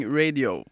radio